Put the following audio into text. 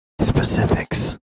Specifics